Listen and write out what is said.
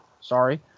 Sorry